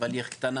אבל עיר קטנה.